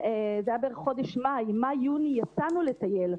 זה היה בערך חודש מאי במאי-יוני יצאנו לטייל.